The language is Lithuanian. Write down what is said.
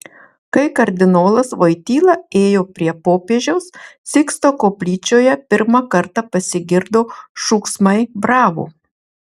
kai kardinolas voityla ėjo prie popiežiaus siksto koplyčioje pirmą kartą pasigirdo šūksmai bravo